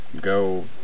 go